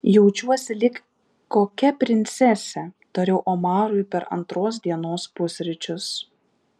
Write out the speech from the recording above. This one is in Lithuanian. jaučiuosi lyg kokia princesė tariau omarui per antros dienos pusryčius